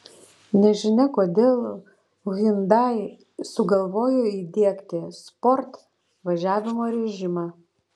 nežinia kodėl hyundai sugalvojo įdiegti sport važiavimo režimą